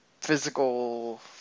physical